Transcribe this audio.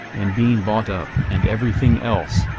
and being bought up and everything else,